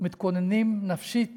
מתכוננים נפשית